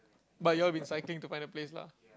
but you all been cycling to find the place lah